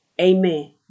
Amen